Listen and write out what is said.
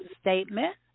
statement